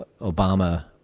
Obama